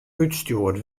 útstjoerd